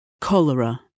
Cholera